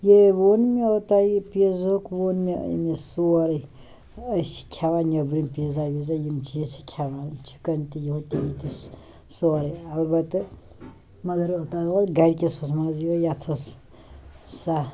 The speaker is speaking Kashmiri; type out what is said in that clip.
یہِ ۂے وُن مےٚ اوتانۍ یہِ پیٖزٕہُک وُن مےٚ أمِس سورٕے أسۍ چھِ کھیٚون نیبرِم پیٖزا ویٖزا یِم چیٖز چھِ کھیٚوان چِکَن تہِ ہُتہِ یہِ تہِ سورٕے البتہ مگر اوتانۍ اوس گَرِکِس اوس مَزٕ یِوان یَتھ اوس سٔہ